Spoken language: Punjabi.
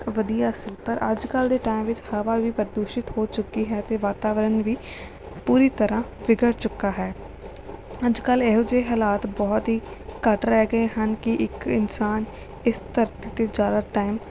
ਵਧੀਆ ਸੀ ਪਰ ਅੱਜ ਕੱਲ੍ਹ ਦੇ ਟਾਈਮ ਵਿੱਚ ਹਵਾ ਵੀ ਪ੍ਰਦੂਸ਼ਿਤ ਹੋ ਚੁੱਕੀ ਹੈ ਅਤੇ ਵਾਤਾਵਰਨ ਵੀ ਪੂਰੀ ਤਰ੍ਹਾਂ ਵਿਗੜ ਚੁੱਕਾ ਹੈ ਅੱਜ ਕੱਲ੍ਹ ਇਹੋ ਜਿਹੇ ਹਾਲਾਤ ਬਹੁਤ ਹੀ ਘੱਟ ਰਹਿ ਗਏ ਹਨ ਕਿ ਇੱਕ ਇਨਸਾਨ ਇਸ ਧਰਤੀ 'ਤੇ ਜ਼ਿਆਦਾ ਟਾਈਮ